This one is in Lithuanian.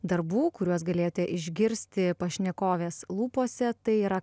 darbų kuriuos galėjote išgirsti pašnekovės lūpose tai yra